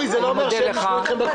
אני מודה לך.